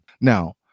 Now